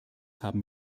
haben